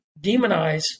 demonize